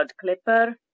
Clipper